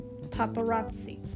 paparazzi